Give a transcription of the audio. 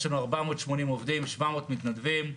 יש לנו 480 עובדים, 700 מתנדבים.